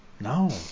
no